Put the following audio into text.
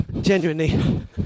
genuinely